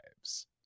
lives